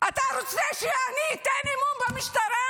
אתה רוצה שאני אתן אמון במשטרה?